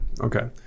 Okay